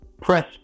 press